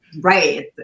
right